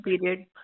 period